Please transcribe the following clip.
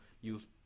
use